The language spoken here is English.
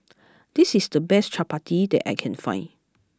this is the best Chapati that I can find